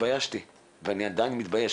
התביישתי ואני עדיין מתבייש,